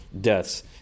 deaths